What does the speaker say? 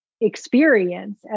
experience